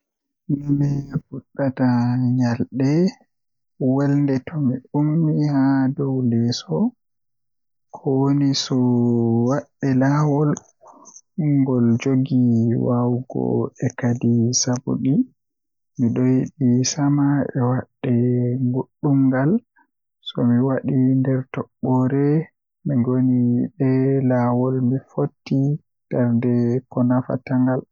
Nomi fuɗɗirta nyalanɗe welnde tomi ummi haa dow leso Ko woni so waɗde laawol ngol njogii waawugol e kaɗi sabuɗi, miɗo yiɗi saama e waɗde goɗɗum ngal. So mi waɗi nder toɓɓere mi ngoni yiɗde laawol, mi foti ndaarnde e ko nafa ngal